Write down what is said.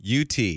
UT